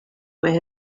where